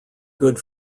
good